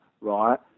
right